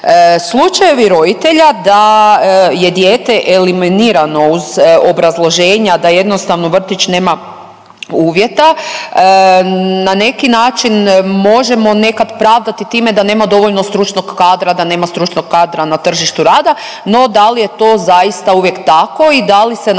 Slučajevi roditelja da je dijete eliminirano uz obrazloženja da jednostavno vrtić nema uvjeta, na neki način možemo nekad pravdati time da nema dovoljno stručnog kadra, da nema stručnog kadra na tržištu rada no da li je to zaista uvijek tako i da li se napravilo